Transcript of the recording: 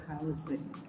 housing